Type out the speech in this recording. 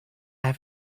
have